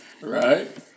Right